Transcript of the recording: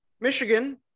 Michigan